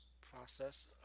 process